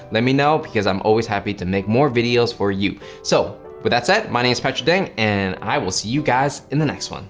let me know, because i'm always happy to make more videos for you. so with but that said, my name is patrick dang, and i will see you guys in the next one.